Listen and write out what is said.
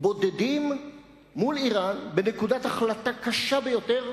בודדים מול אירן, בנקודת החלטה קשה ביותר,